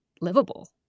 livable